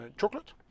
chocolate